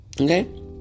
Okay